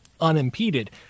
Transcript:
unimpeded